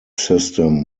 system